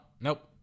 nope